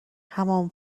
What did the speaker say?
همان